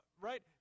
Right